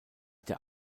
der